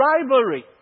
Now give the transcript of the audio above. rivalry